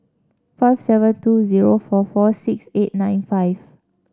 five seven two zero four four six eight nine five